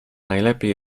najlepiej